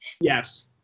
Yes